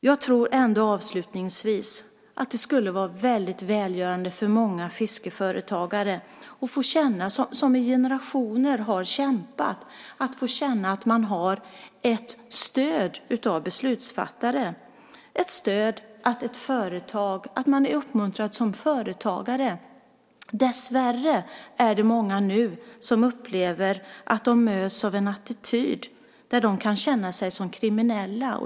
Jag tror ändå, avslutningsvis, att det skulle vara väldigt välgörande för många fiskeföretagare, som i generationer har kämpat, att få känna att de har ett stöd av beslutsfattare. Det handlar om att vara uppmuntrad som företagare. Dessvärre är det många som nu upplever att de möts av en attityd som gör att de kan känna sig som kriminella.